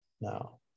now